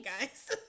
guys